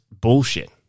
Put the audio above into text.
bullshit